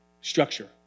structure